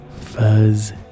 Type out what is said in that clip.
Fuzz